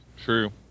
True